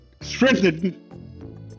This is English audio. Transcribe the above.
strengthen